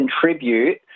contribute